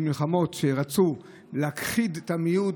מלחמות שרצו להכחיד את המיעוט.